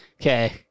Okay